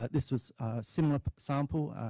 ah this was similar sample,